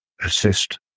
assist